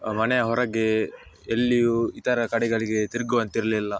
ಮನೆಯ ಹೊರಗೆ ಎಲ್ಲಿಯೂ ಇತರ ಕಡೆಗಳಿಗೆ ತಿರುಗುವಂತಿರ್ಲಿಲ್ಲ